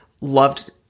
loved